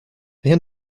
rien